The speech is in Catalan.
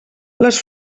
les